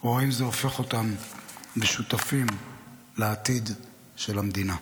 או אם זה הופך אותם לשותפים לעתיד של המדינה.